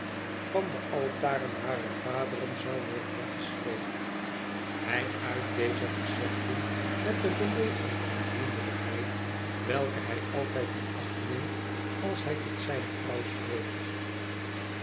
van de altaren harer vaderen zou worden weggesleept hij uit deze gezegden met de beleefdheid en vriendelijkheid welke hij altijd in acht neemt als hij tot zijne vrouw spreekt